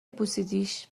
بوسیدیش